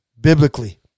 biblically